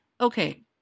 okay